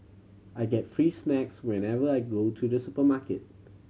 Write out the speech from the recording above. I get free snacks whenever I go to the supermarket